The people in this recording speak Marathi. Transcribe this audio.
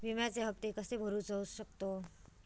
विम्याचे हप्ते कसे भरूचो शकतो?